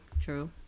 true